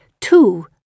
two